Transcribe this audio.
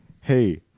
hey